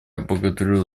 благодарю